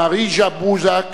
מר יז'י בוז'ק,